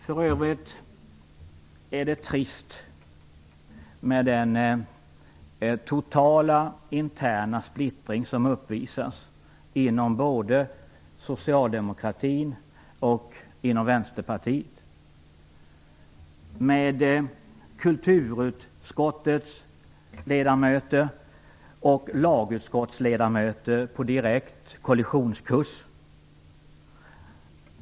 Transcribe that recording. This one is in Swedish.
För övrigt är det trist med den totala interna splittring som uppvisas inom både socialdemokratin och Vänsterpartiet med kulturutskottets ledamöter och lagutskottets ledamöter på direkt kollisionskurs.